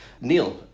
Neil